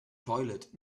toilet